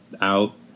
out